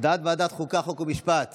הודעת ועדת חוקה, חוק ומשפט